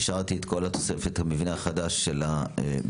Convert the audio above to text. אישרתי את כל התוספת למבנה החדש בבילינסון,